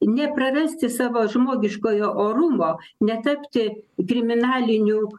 neprarasti savo žmogiškojo orumo netapti kriminalinių